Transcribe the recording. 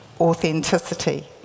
authenticity